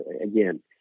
again